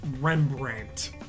Rembrandt